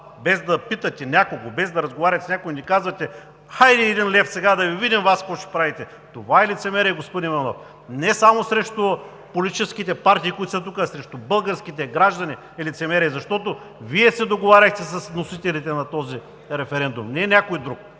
без да питате някого, без да разговаряте с някого ни казвате: хайде един лев сега и да Ви видим какво ще правите! Това е лицемерие, господин Иванов, не само срещу политическите партии, които са тук, а е лицемерие срещу българските граждани, защото Вие се договаряхте с вносителите на този референдум, а не някой друг.